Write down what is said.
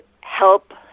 help